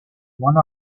one